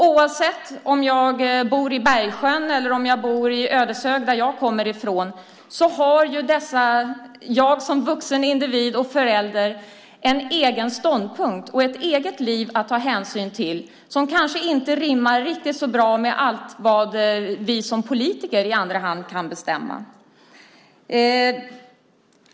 Oavsett om jag bor i Bergsjön eller om jag bor i Ödeshög, där jag kommer ifrån, har jag som vuxen individ och förälder en egen ståndpunkt och ett eget liv att ta hänsyn till, som kanske inte rimmar riktigt så bra med allt vad vi som politiker i andra hand kan bestämma.